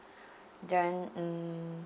then um